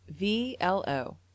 VLO